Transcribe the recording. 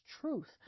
truth